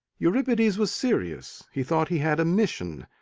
euripides was serious he thought he had a mission.